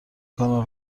کانال